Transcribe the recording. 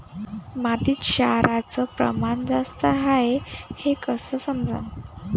मातीत क्षाराचं प्रमान जास्त हाये हे कस समजन?